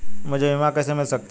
मुझे बीमा कैसे मिल सकता है?